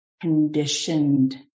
conditioned